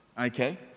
Okay